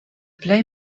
plej